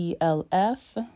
ELF